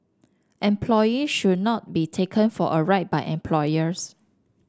employees should not be taken for a ride by employers